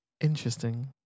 Interesting